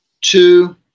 two